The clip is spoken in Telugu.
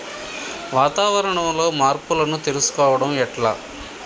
వాతావరణంలో మార్పులను తెలుసుకోవడం ఎట్ల?